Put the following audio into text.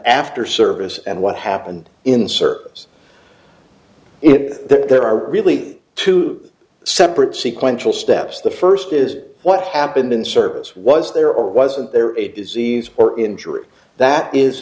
after service and what happened in serves it there are really two separate sequence will steps the first is what happened in service was there or wasn't there a disease or injury that is